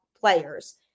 players